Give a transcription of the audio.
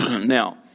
Now